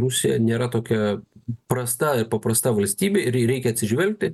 rusija nėra tokia prasta ir paprasta valstybė ir jei reikia atsižvelgti